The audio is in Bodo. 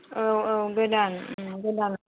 औ औ गोदान गोदान